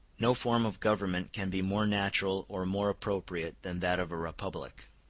no form of government can be more natural or more appropriate than that of a republic.